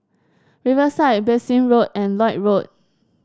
Riverside Bassein Road and Lloyd Road